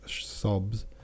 sobs